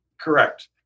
correct